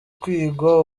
kwigwa